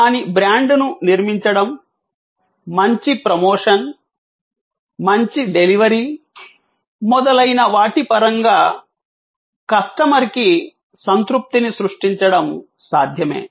దాని బ్రాండ్ను నిర్మించడం మంచి ప్రమోషన్ మంచి డెలివరీ మొదలైన వాటి పరంగా కస్టమర్ కి సంతృప్తిని సృష్టించడం సాధ్యమే